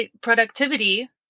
Productivity